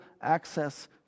access